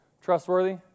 trustworthy